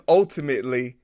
ultimately